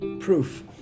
Proof